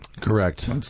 correct